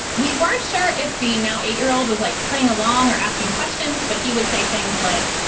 we weren't sure if the now eight year old was like playing along or asking questions, but he would say things like,